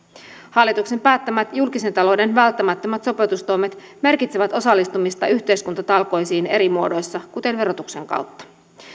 hallituksen päättämät julkisen talouden välttämättömät sopeutustoimet merkitsevät osallistumista yhteiskuntatalkoisiin eri muodoissa kuten verotuksen kautta